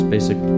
basic